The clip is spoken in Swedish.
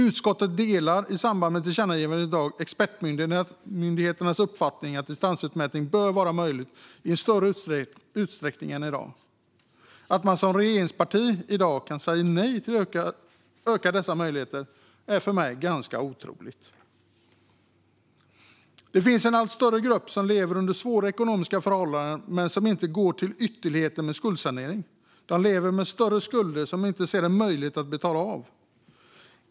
Utskottet delar i samband med tillkännagivandet i dag expertmyndigheternas uppfattning att distansutmätning bör vara möjligt i en större utsträckning än i dag. Att man som regeringsparti i dag kan säga nej till att öka dessa möjligheter är för mig ganska otroligt. Det finns en allt större grupp som lever under svåra ekonomiska förhållanden men som inte går till ytterligheten med skuldsanering. De lever med större skulder som de inte ser en möjlighet att betala av.